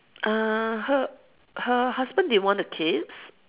uh her her husband didn't want a kids